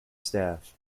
staff